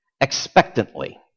Expectantly